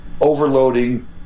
overloading